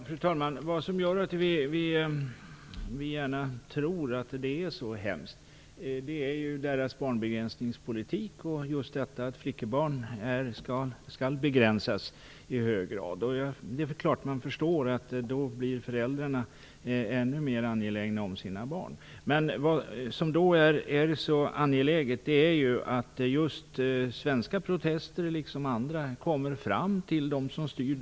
Fru talman! Det som gör att vi gärna tror att det är så hemskt är deras barnbegränsningspolitik och just att flickebarn i hög grad skall begränsas. Det är klart att man förstår att föräldrarna i denna situation blir ännu mer angelägna om sina barn. Men det som är så angeläget är att svenska protester, liksom andra, kommer fram till dem som styr.